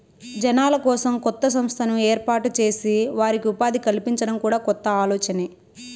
జనాల కోసం కొత్త సంస్థను ఏర్పాటు చేసి వారికి ఉపాధి కల్పించడం కూడా కొత్త ఆలోచనే